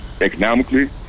economically